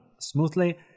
smoothly